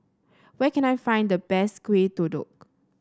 where can I find the best Kueh Kodok